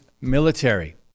military